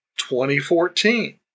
2014